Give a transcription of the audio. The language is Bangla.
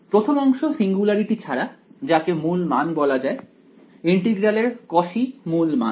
প্রথম অংশ সিঙ্গুলারিটি ছাড়া যাকে মূল মান বলা যায় ইন্টিগ্রাল এর কসি মূল মান